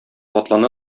атлана